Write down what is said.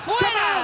Fuera